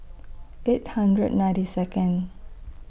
eight hundred ninety Second